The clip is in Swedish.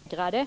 Herr talman! Jag tänker inte gå in i någon debatt om vad Sten Tolgfors tycker eller tänker, för han ljuger hela tiden och det tänker jag vidhålla. Sten Tolgfors säger t.ex. i en debattartikel i dag att jag,